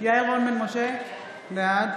יעל רון בן משה, בעד